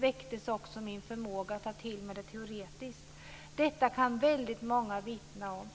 väcktes också min förmåga att ta till mig det hela teoretiskt. Detta kan väldigt många vittna om.